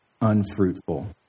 unfruitful